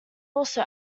also